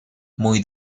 muy